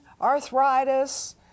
arthritis